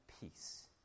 peace